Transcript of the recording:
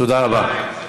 תודה רבה.